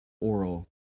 oral